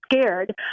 scared